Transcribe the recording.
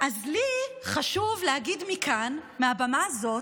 אז חשוב לי להגיד מכאן, מהבמה הזאת,